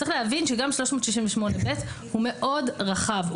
צריך להבין שגם 368ב הוא מאוד רחב.